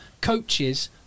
coaches